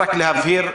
רק להבהיר,